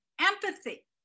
empathy